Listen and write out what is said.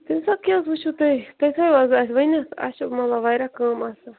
تٔمۍ ساتہٕ کیٛاہ حظ وُچھٕو تُہۍ تُہۍ تھٲیُو حظ اَسہِ ؤنِتھ اَسہِ چھِ مطلب واریاہ کٲم آسان